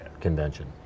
convention